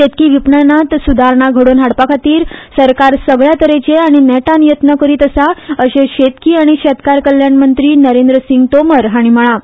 शेतकी विपणनात सुदारणा घडोवन हाडपाखातीर सरकार सगल्या तरेचे आनी नेटान यत्न करीत आसा अशे शेतकी आनी शेतकार कल्याण मंत्री नरेंद्र सिंग तोमर हाणी म्हळा